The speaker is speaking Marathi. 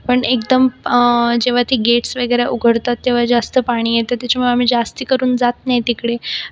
पण एकदम जेव्हा ते गेट्स वगैरे उघडतात तेव्हा जास्त पाणी येतं त्याच्यामुळे आम्ही जास्ती करून जात नाही तिकडे